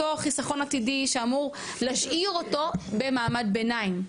חיסכון עתידי שאמור להשאיר אותו במעמד ביניים,